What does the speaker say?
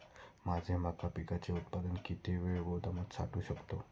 माझे मका पिकाचे उत्पादन किती वेळ गोदामात साठवू शकतो?